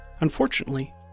Unfortunately